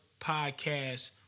podcast